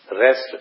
rest